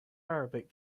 arabic